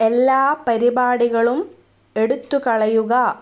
എല്ലാ പരിപാടികളും എടുത്തു കളയുക